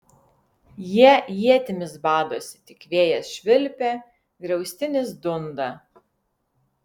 jie ietimis badosi tik vėjas švilpia griaustinis dunda